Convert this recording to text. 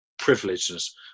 Privileges